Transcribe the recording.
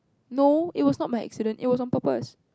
no it was not by accident it was on purpose